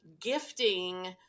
gifting